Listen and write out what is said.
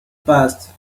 passed